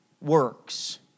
works